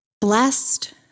Blessed